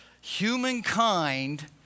humankind